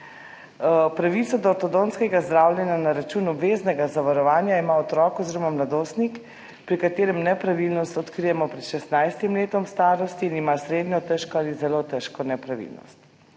Pravico do ortodontskega zdravljenja na račun obveznega zavarovanja ima otrok oziroma mladostnik, pri katerem nepravilnost odkrijemo pred 16. letom starosti in ima srednjo, težko ali zelo težko nepravilnost.